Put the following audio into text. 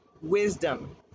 wisdom